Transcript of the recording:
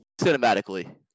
cinematically